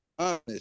Honest